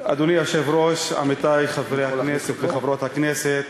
אדוני היושב-ראש, עמיתי חברי הכנסת וחברות הכנסת,